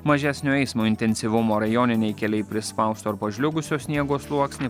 mažesnio eismo intensyvumo rajoniniai keliai prispausto ar pažliugusio sniego sluoksnio